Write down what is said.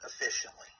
efficiently